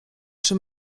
czy